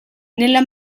nella